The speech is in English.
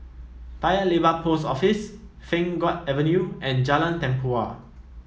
Paya Lebar Post Office Pheng Geck Avenue and Jalan Tempua